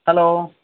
hello